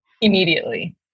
Immediately